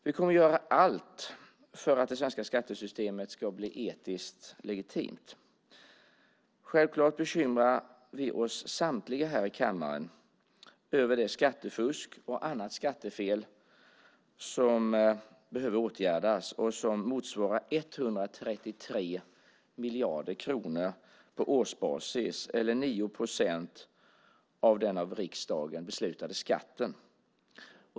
Vi kommer att göra allt för att det svenska skattesystemet ska bli etiskt legitimt. Självklart bekymrar vi oss samtliga här i kammaren över det skattefusk och andra skattefel som behöver åtgärdas och som motsvarar 133 miljarder kronor på årsbasis, eller 9 procent av den av riksdagen beslutade skatten.